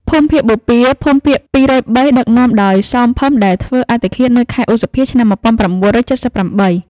ភូមិភាគបូព៌ា (ភូមិភាគ២០៣) ដឹកនាំដោយ សោ ភឹម ដែលធ្វើអត្តឃាតនៅខែឧសភា ឆ្នាំ១៩៧៨។